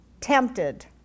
Tempted